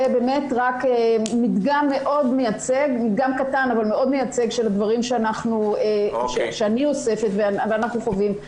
זה מדגם קטן אבל מאוד מייצג של הדברים שאני אוספת ואנחנו חווים.